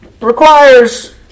requires